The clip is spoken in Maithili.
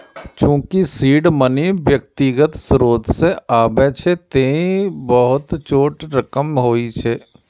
चूंकि सीड मनी व्यक्तिगत स्रोत सं आबै छै, तें ई बहुत छोट रकम होइ छै